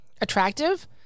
attractive